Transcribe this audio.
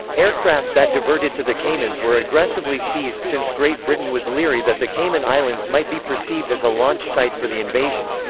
aircraft that diverted to the caymans were aggressively seized since great britain was leery that the cayman islands might be perceived as a launch site for the invasion.